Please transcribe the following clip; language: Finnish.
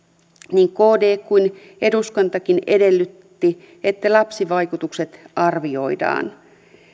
niin kd kuin eduskuntakin edellytti että lapsivaikutukset arvioidaan